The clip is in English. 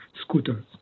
scooters